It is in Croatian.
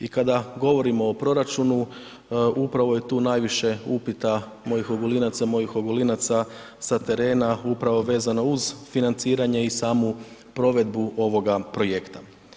I kada govorimo o proračunu, upravo je tu najviše upita mojih Ogulinaca, mojih Ogulinaca sa terena upravo vezano uz financiranje i samu provedbu ovoga projekta.